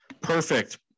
Perfect